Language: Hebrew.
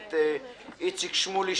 הכנסת איציק שמולי,